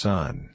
Son